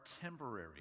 temporary